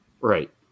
Right